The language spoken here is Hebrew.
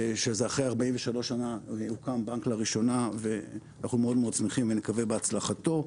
שאחרי 43 שנה הוקם בנק לראשונה ואנחנו מאוד מאוד שמחים ונקווה להצלחתו.